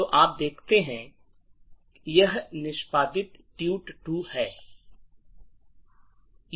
तो आप देखते हैं यह निष्पादित tut2 है